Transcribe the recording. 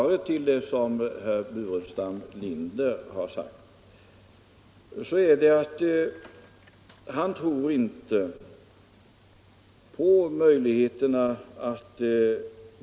Herr talman! Låt mig göra ett par kommentarer till vad herr Burenstam Linder sade.